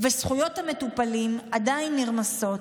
וזכויות המטופלים עדיין נרמסות.